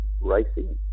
racing